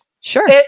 Sure